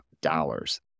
dollars